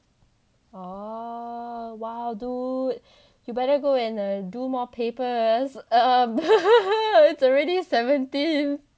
oh !wow! dude you better go and err do more papers it's already seventeen